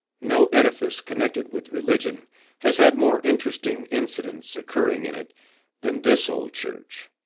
no edifice connected with religion has had more interesting incidents occurring in it than this old church.